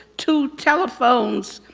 two telephones,